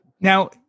Now